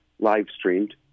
live-streamed